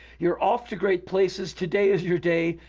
you're off to great places! today is your day!